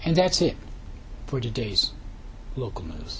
and that's it for today's local news